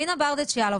אלינה ברדץ' יאלוב,